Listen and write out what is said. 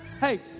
Hey